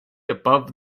above